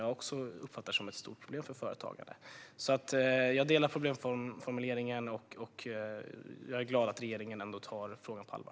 Jag uppfattar att de är ett stort problem för företagare. Jag håller med om problemformuleringen och är glad att regeringen tar frågan på allvar.